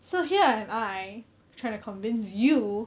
so here am I trying to convince you